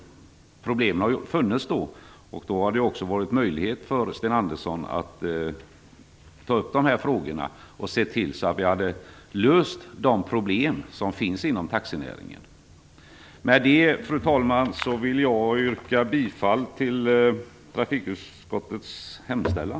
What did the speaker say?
Problemen fanns redan då, och det hade funnits möjlighet för Sten Andersson att ta upp de här frågorna och se till att man löste de problem som finns inom taxinäringen. Med det, fru talman, vill jag yrka bifall till trafikutskottets hemställan.